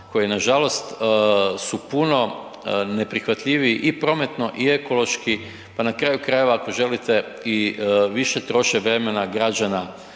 koji nažalost su puno neprihvatljiviji i prometno i ekološki pa na kraju krajeva ako želite i više troše vremena građana